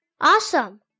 Awesome